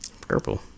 Purple